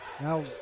Now